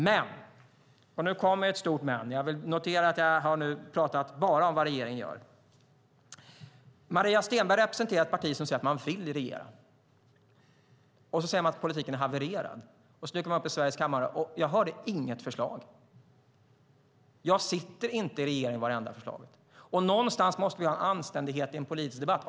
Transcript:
Men - och nu kommer ett stort men - jag har nu bara pratat om vad regeringen gör. Maria Stenberg representerar ett parti som säger att man vill regera, och sedan säger hon att politiken är havererad. Hon dyker upp i Sveriges riksdags kammare, och jag hörde inget förslag. Jag sitter inte i regeringen, var det enda förslaget. Det måste finnas en anständighet i en politisk debatt.